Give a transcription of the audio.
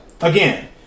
Again